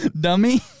Dummy